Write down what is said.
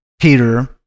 Peter